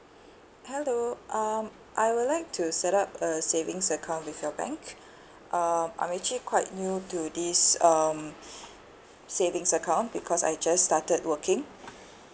hello um I would like to set up a savings account with your bank um I'm actually quite new to this um savings account because I just started working